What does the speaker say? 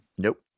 Nope